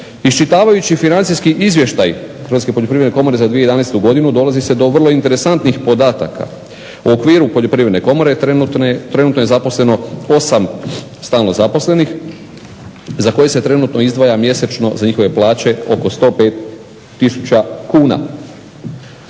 Iščitavajući Financijski izvještaj Hrvatske poljoprivredne komore za 2011. godinu dolazi se do vrlo interesantnih podataka. U okviru Poljoprivredne komore trenutno je zaposleno 8 stalno zaposlenih za koje se trenutno izdvaja mjesečno za njihove plaće oko 105 tisuća kuna.